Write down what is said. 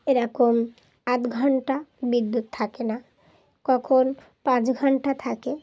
এরকম আধ ঘণ্টা বিদ্যুৎ থাকে না কখন পাঁচ ঘণ্টা থাকে